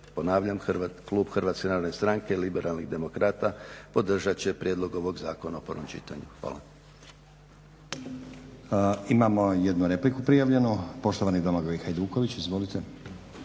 ponavljam Klub Hrvatske narodne stranke-liberalnih demokrata podržati će prijedlog ovog zakona u pravom čitanju.